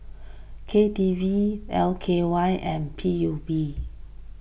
K D V L K Y and P U B